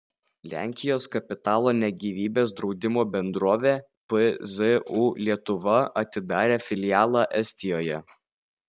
lenkijos kapitalo ne gyvybės draudimo bendrovė pzu lietuva atidarė filialą estijoje